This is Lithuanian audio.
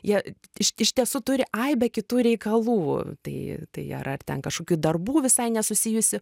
jie iš iš tiesų turi aibę kitų reikalų tai tai ar ar ten kažkokių darbų visai nesusijusių